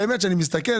באמת כשאני מסתכל,